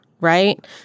right